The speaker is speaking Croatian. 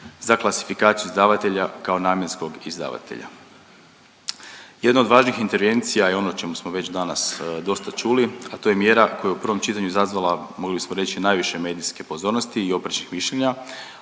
za klasifikaciju izdavatelja kao namjenskog izdavatelja. Jedno od važnih intervencija i ono o čemu smo već danas dosta čuli, a to je mjera koja je u prvom čitanju izazvala mogli smo reći najviše medijske pozornosti i oprečnih mišljenja,